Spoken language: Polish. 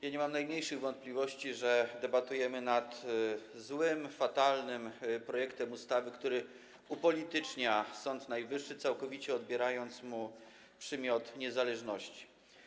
Ja nie mam najmniejszych wątpliwości, że debatujemy nad złym, fatalnym projektem ustawy, który upolitycznia Sąd Najwyższy, całkowicie odbierając mu przymiot niezależności.